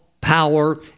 power